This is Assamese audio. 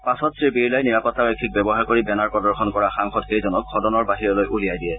পাছত শ্ৰীবিৰলাই নিৰাপত্তাৰক্ষীক ব্যৱহাৰ কৰি বেনাৰ প্ৰদৰ্শন কৰা সাংসদকেইজনক সদনৰ বাহিৰলৈ উলিয়াই দিয়ে